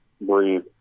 breathe